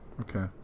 Okay